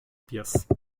pies